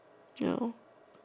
no